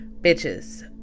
Bitches